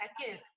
second